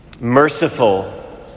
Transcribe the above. merciful